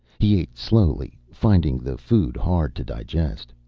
he ate slowly, finding the food hard to digest.